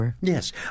Yes